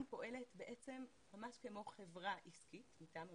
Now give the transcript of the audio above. פועלת ממש כמו חברה עסקית מטעם הממשלה,